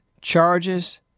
charges